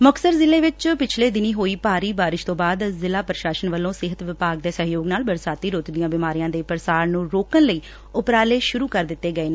ਮੁਕਤਸਰ ਜ਼ਿਲੇ ਵਿਚ ਪਿੱਛਲੇ ਦਿਨੀ ਹੋਈ ਭਾਰੀ ਬਾਰਿਸ ਤੋਂ ਬਾਅਦ ਜ਼ਿਲਾ ਪ੍ਰਸ਼ਾਸਨ ਵੱਲੋਂ ਸਿਹਤ ਵਿਭਾਗ ਦੇ ਸਹਿਯੋਗ ਨਾਲ ਬਰਸਾਤੀ ਰੁੱਤ ਦੀਆਂ ਬਿਮਾਰੀਆਂ ਦੇ ਪੁਸਾਰ ਨੂੰ ਰੋਕਣ ਲਈ ਉਪਰਾਲੇ ਸੁਰੁ ਕਰ ਦਿੱਤੇ ਗਏ ਨੇ